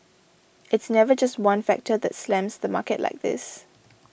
it's never just one factor that slams the market like this